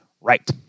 Right